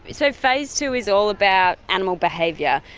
so phase two is all about animal behaviour.